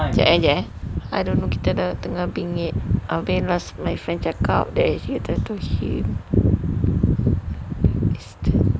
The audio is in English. jap eh jap eh I don't know kita dah tengah bingit my friend cakap